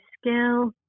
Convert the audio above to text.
skill